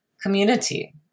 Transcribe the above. community